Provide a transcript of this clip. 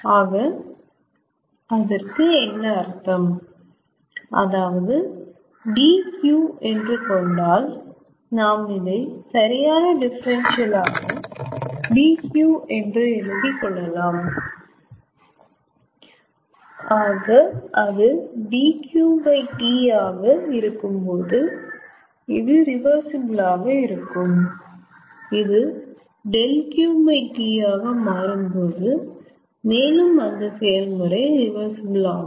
ஆக அதற்கு என்ன அர்த்தம் அதாவது 𝑑𝑄 என்று கொண்டால் நாம் இதை சரியான டிபரன்ஷியல் ஆக 𝑑𝑄 என எழுதி கொள்ளலாம் அது 𝛿𝑄T ஆக இருக்கும்போது இது ரிவர்சிபிள் ஆக இருக்கும் இது 𝛿𝑄T ஆக மாறும் மேலும் அந்த செயல்முறை ரிவர்சிபிள் ஆகும்